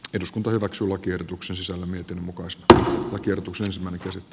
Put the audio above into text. eduskunta omaksulakiehdotuksessa lemmetyn mukaan sdp tätä kehitystä